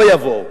לא יבואו.